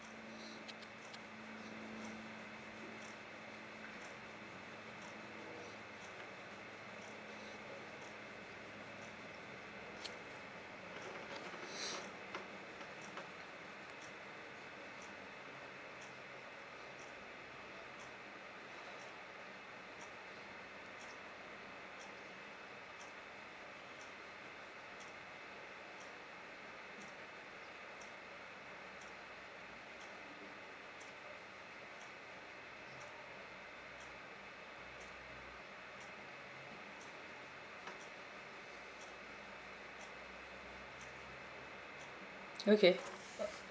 okay